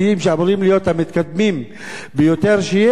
שאמורים להיות המתקדמים ביותר שיש,